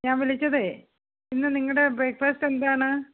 ഞാൻ വിളിച്ചതേ ഇന്ന് നിങ്ങളുടെ ബ്രേക്ക്ഫാസ്റ്റ് എന്താണ്